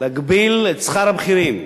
להגביל את שכר הבכירים.